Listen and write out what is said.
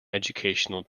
educational